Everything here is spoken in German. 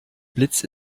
blitz